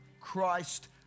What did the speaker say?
Christ